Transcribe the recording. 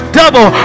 double